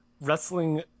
wrestling